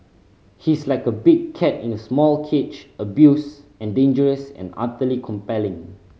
he's like a big cat in a small cage abused and dangerous and utterly compelling